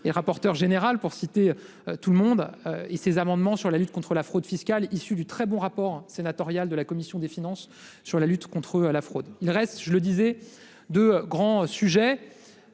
et rapporteur général pour citer tout le monde et ces amendements sur la lutte contre la fraude fiscale issu du très bon rapport sénatorial de la commission des finances sur la lutte contre à la fraude. Il reste, je le disais de grands sujets.